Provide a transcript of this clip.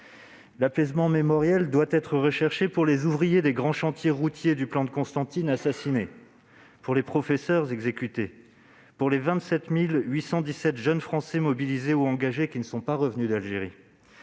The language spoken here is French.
L'apaisement mémoriel doit être également recherché pour les ouvriers des grands chantiers routiers du plan de Constantine qui ont été assassinés, mais aussi pour les professeurs exécutés, et pour les 27 817 jeunes Français mobilisés ou engagés qui ne sont pas revenus d'Algérie